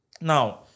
Now